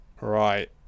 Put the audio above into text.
Right